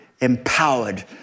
empowered